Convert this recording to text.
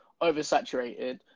oversaturated